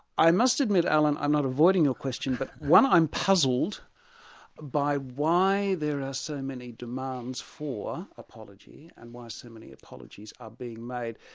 i must admit alan i'm not avoiding your question but i'm puzzled by why there are so many demands for apology and why so many apologies are being made.